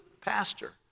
pastor